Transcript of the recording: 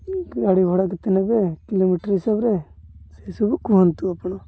ଗାଡ଼ି ଭଡ଼ା କେତେ ନେବେ କିଲୋମିଟର ହିସାବରେ ସେ ସବୁ କୁହନ୍ତୁ ଆପଣ